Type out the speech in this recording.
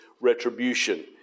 retribution